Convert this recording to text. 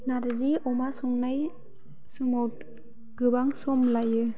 नारजि अमा संनाय समाव गोबां सम लायो